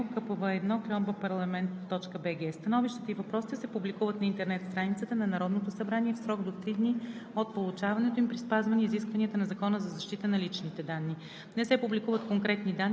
„Княз Александър I“, № 1, Комисия по правни въпроси или по електронен път на e-mail: kpv1@parliament.bg. Становищата и въпросите се публикуват на интернет страницата на Народното събрание в срок до три дни